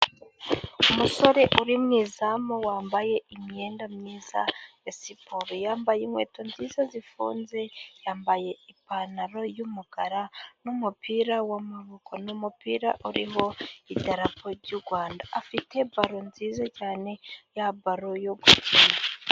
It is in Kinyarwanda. Umusore uri mu izamu, wambaye imyenda myiza ya siporo . Yambaye inkweto nziza zifunze ,yambaye ipantaro y'umukara n'umupira wamaboko . Ni umupira urimo idarapo ry'u Rwanda ,afite baro nziza cyane ,baro yo gukina.